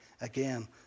again